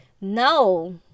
No